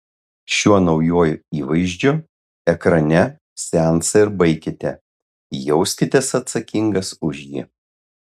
šiuo naujuoju įvaizdžiu ekrane seansą ir baikite jauskitės atsakingas už jį